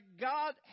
God